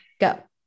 Go